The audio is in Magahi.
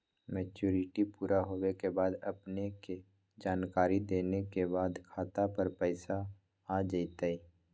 मैच्युरिटी पुरा होवे के बाद अपने के जानकारी देने के बाद खाता पर पैसा आ जतई?